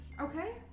Okay